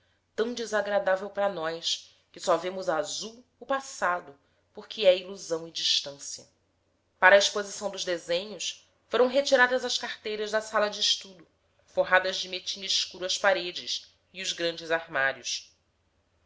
tão desagradável para nós que só vemos azul o passado porque é ilusão e distância para a exposição dos desenhos foram retiradas as carteiras da sala de estudo forradas de cetim escuro as paredes e os grandes armários